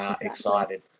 excited